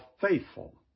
faithful